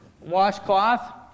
washcloth